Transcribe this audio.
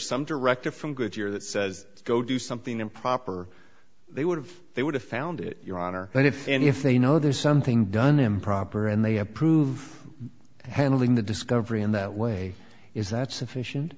some directive from goodyear that says go do something improper they would have they would have found it your honor and if and if they know there's something done improper and they approve handling the discovery in that way is that sufficient